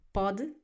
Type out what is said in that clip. pode